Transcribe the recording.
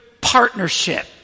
partnership